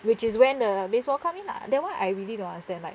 which is when the baseball come in lah that [one] I really don't understand like